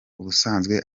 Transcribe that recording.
ubusanzwe